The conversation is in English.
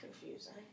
confusing